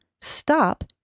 stop